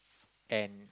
an